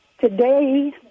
Today